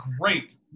great